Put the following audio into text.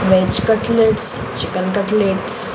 veg cutlets chicken cutlets